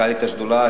מנכ"לית השדולה